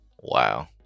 Wow